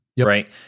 Right